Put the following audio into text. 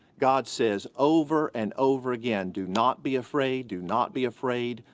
god says over and over again do not be afraid, do not be afraid,